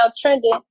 trending